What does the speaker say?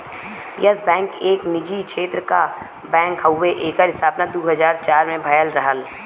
yes Bank एक निजी क्षेत्र क बैंक हउवे एकर स्थापना दू हज़ार चार में भयल रहल